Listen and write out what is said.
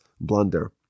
blunder